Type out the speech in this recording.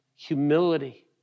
Humility